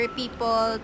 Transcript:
people